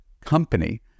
company